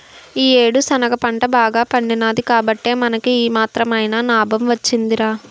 ఈ యేడు శనగ పంట బాగా పండినాది కాబట్టే మనకి ఈ మాత్రమైన నాబం వొచ్చిందిరా